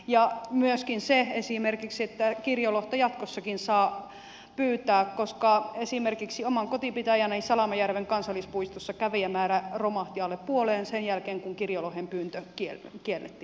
ja myöskin siitä pitää huolehtia esimerkiksi että kirjolohta jatkossakin saa pyytää koska esimerkiksi oman kotipitäjäni salamajärven kansallispuistossa kävijämäärä romahti alle puoleen sen jälkeen kun kirjolohen pyynti kiellettiin siellä